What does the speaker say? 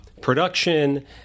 production